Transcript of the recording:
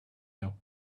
hill